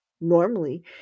Normally